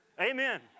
Amen